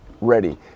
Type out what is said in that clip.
ready